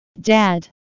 Dad